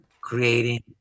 creating